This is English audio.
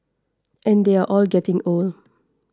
and they're all getting old